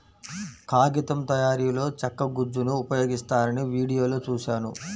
కాగితం తయారీలో చెక్క గుజ్జును ఉపయోగిస్తారని వీడియోలో చూశాను